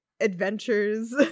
adventures